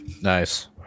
Nice